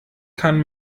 kann